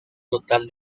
total